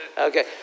okay